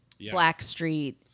Blackstreet